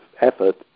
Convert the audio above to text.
effort